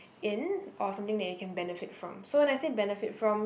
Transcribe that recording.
in or something that you can benefit from so when I say benefit from